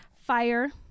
Fire